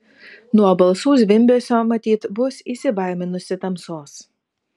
nuo balsų zvimbesio matyt bus įsibaiminusi tamsos